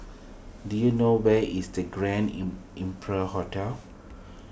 do you know where is the Grand Imperial Hotel